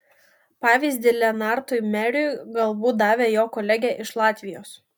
pavyzdį lenartui meriui galbūt davė jo kolegė iš latvijos